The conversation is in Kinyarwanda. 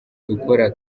dukora